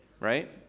Right